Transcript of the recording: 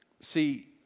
See